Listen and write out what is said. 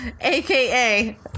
aka